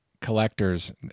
collectors